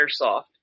airsoft